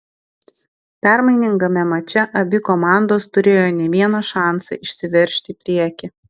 permainingame mače abi komandos turėjo ne vieną šansą išsiveržti į priekį